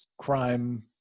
Crime